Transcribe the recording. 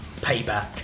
payback